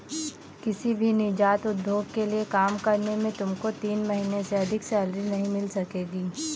किसी भी नीजात उद्योग के लिए काम करने से तुमको तीन महीने से अधिक सैलरी नहीं मिल सकेगी